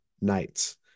nights